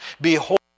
Behold